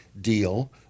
deal